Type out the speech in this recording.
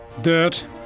dirt